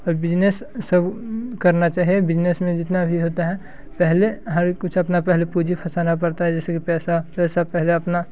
business सब करना चाहिए बिजनेस में जितना भी होता है पहले हर कुछ पहले अपना पूँजी फँसाना पड़ता है जैसे कि पैसा पैसा पहले अपना